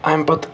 امہِ پَتہٕ